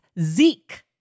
Zeke